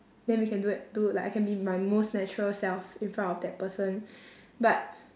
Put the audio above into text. then we can do at do like I can be my most natural self in front of that person but